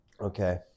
Okay